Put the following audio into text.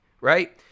right